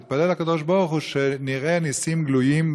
להתפלל לקדוש ברוך הוא שנראה ניסים גלויים,